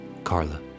Carla